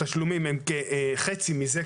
התשלומים הם כחצי מזה,